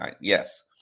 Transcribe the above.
Yes